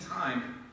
time